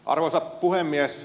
arvoisa puhemies